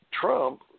Trump